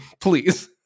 please